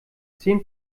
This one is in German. zehn